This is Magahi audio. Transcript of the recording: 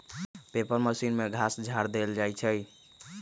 पेपर मशीन में घास झाड़ ध देल जाइ छइ